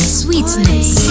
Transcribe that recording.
sweetness